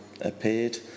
appeared